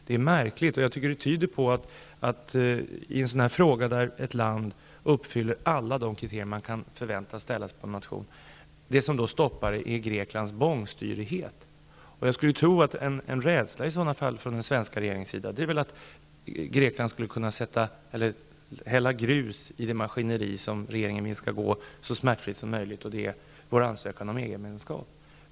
Det är märkligt att det i ett sådant här fall, där ett land uppfyller alla de krav man kan förväntas ställa för erkännande, är Greklands bångstyrighet som stoppar. Jag skulle kunna tänka mig att den svenska regeringen i detta fall är rädd för att Grekland kan komma att hälla grus i det maskineri som regeringen vill skall gå så smärtfritt som möjligt, nämligen vår ansökan om EG-medlemskap.